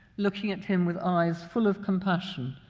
looking at him with eyes full of compassion,